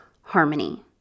harmony